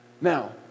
now